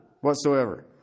whatsoever